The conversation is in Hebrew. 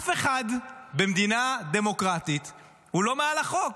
אף אחד במדינה דמוקרטית הוא לא מעל החוק.